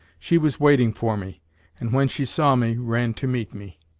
she was waiting for me and when she saw me ran to meet me.